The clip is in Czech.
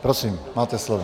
Prosím, máte slovo.